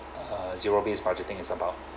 uh zero based budgeting is about